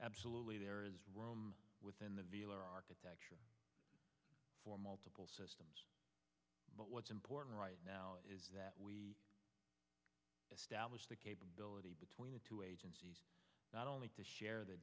absolutely there is within the v a architecture for multiple systems but what's important right now is that we establish the capability between the two agencies not only to share the